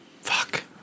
fuck